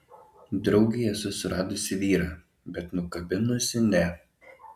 draugei esu suradusi vyrą bet nukabinusi ne